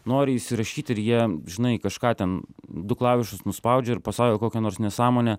nori įsirašyt ir jie žinai kažką ten du klavišus nuspaudžia ir pasako kokią nors nesąmonę